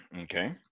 Okay